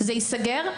זה ייסגר.